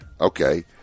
Okay